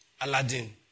Aladdin